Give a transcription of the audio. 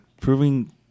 proving